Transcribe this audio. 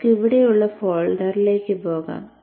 നമുക്ക് ഇവിടെയുള്ള ഫോൾഡറിലേക്ക് പോകാം